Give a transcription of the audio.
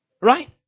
Right